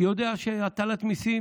יודע שהטלת מיסים